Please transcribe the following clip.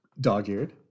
dog-eared